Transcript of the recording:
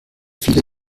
viele